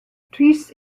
rhys